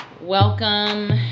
Welcome